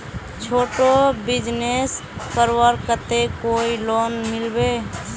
छोटो बिजनेस करवार केते कोई लोन मिलबे?